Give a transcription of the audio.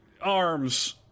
arms